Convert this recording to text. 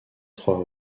trois